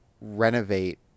renovate